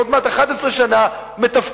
עוד מעט 11 שנים "מתפקדת"